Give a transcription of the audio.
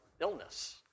illness